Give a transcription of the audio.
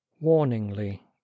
Warningly